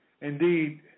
indeed